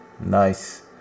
nice